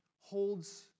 holds